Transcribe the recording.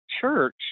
church